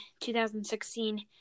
2016